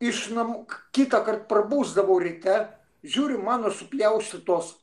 iš namų kitąkart prabusdavau ryte žiūriu mano supjaustytos